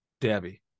debbie